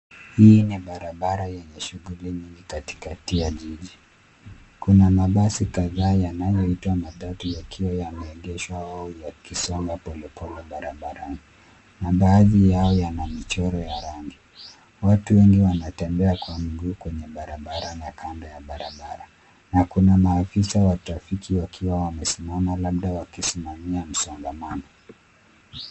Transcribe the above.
Hii ni barabara yenye shughuli mingi katikati ya jiji. Kuna mabasi kadhaa yanayoitwa matatu yakiwa yameegeshwa au yakisonga polepole barabarani na baadhi yao yana michoro ya rangi. Watu wengi wanatembea kwa miguu kwenye barabara na kando ya barabara na kuna maafisa wa trafiki wakiwa wamesimama, labda wakisimamia msongamano.